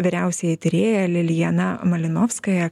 vyriausiąjį tyrėją liliana malinovskaja